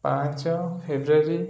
ପାଞ୍ଚ ଫେବୃଆରୀ